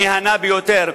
המהנה ביותר,